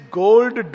gold